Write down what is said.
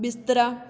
ਬਿਸਤਰਾ